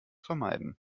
vermeiden